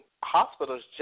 hospitals